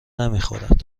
نمیخورند